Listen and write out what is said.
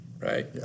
Right